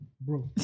Bro